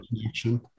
connection